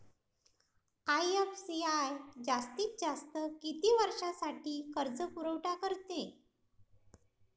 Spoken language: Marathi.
आय.एफ.सी.आय जास्तीत जास्त किती वर्षासाठी कर्जपुरवठा करते?